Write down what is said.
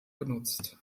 genutzt